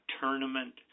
tournament